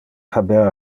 haber